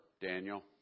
Daniel